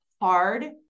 hard